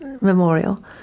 Memorial